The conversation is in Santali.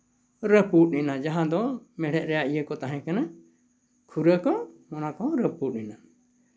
ᱨᱟᱹᱯᱩᱫ ᱮᱱᱟ ᱡᱟᱦᱟᱸ ᱫᱚ ᱢᱮᱲᱦᱮᱫ ᱨᱮᱭᱟᱜ ᱤᱭᱟᱹ ᱠᱚ ᱛᱟᱦᱮᱸ ᱠᱟᱱᱟ ᱠᱷᱩᱨᱟᱹ ᱠᱚ ᱚᱱᱟ ᱠᱚ ᱨᱟᱹᱯᱩᱫ ᱮᱱᱟ